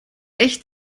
echt